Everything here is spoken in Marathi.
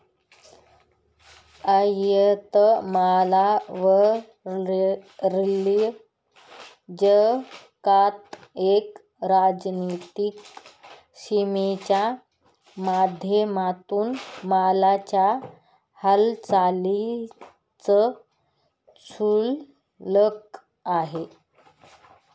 आयात मालावरील जकात एक राजनीतिक सीमेच्या माध्यमातून मालाच्या हालचालींच शुल्क आहे